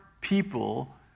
people